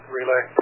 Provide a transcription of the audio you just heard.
Relay